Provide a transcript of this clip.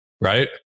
Right